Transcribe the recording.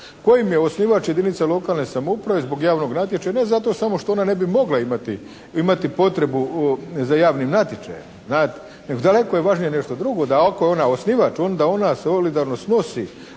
kojima je osnivač jedinica lokalne samouprave zbog javnog natječaja, ne zato samo što ona ne bi mogla imati potrebe, imati potrebu za javnim natječajem, znate, nego daleko je važnije nešto drugo, da ako je ona osnivač onda ona solidarno snosi